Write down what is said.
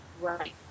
Right